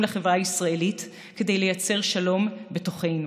לחברה הישראלית כדי לייצר שלום בתוכנו.